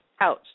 ouch